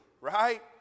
right